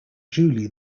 julie